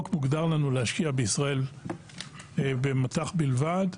מוגדר לנו להשקיע בישראל במט"ח בלבד,